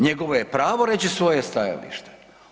Njegovo je pravo reći svoje stajalište.